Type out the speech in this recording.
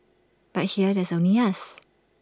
but here there's only us